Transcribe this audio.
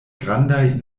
grandaj